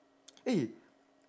eh